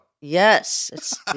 Yes